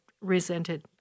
resented